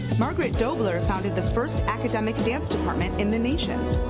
margaret d'houbler founded the first academic dance department in the nation.